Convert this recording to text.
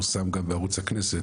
פורסם גם בערוץ הכנסת.